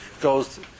goes